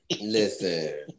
Listen